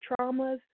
traumas